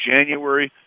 January